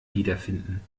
wiederfinden